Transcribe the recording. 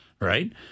Right